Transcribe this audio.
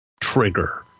trigger